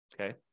Okay